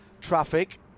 traffic